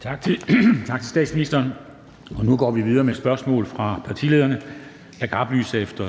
Tak til statsministeren. Nu går vi videre med spørgsmål fra partilederne. Jeg kan oplyse, at